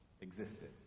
existed